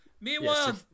meanwhile